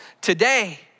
today